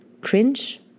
cringe